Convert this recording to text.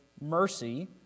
mercy